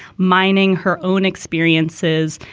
mining her own experiences,